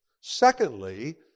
Secondly